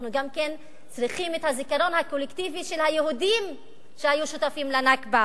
אנחנו גם צריכים את הזיכרון הקולקטיבי של היהודים שהיו שותפים ל"נכבה".